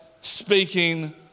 speaking